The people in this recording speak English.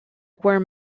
were